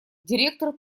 директор